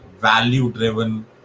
value-driven